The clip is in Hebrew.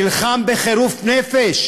נלחם בחירוף נפש